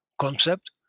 concept